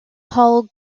hall